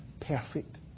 perfect